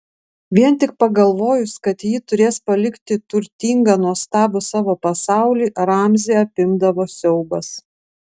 vien tik pagalvojus kad ji turės palikti turtingą nuostabų savo pasaulį ramzį apimdavo siaubas